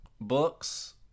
books